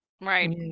Right